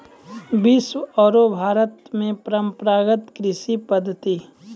विश्व आरो भारत मॅ परंपरागत कृषि पद्धति